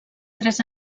tres